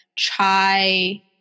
chai